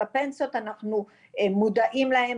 על הפנסיות אנחנו מודעים להן,